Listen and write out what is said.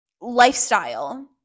lifestyle